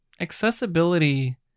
accessibility